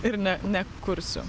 ir ne nekursiu